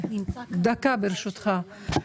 דקה ברשותך.